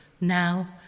now